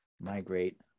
migrate